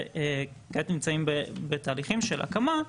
וכעת נמצאים בתהליכים של הקמה,